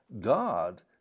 God